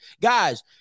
guys